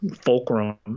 Fulcrum